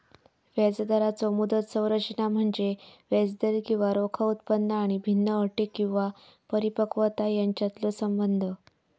व्याजदराचो मुदत संरचना म्हणजे व्याजदर किंवा रोखा उत्पन्न आणि भिन्न अटी किंवा परिपक्वता यांच्यातलो संबंध